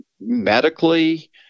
medically